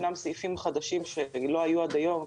ישנם סעיפים חדשים שלא היו עד היום,